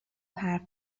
حرف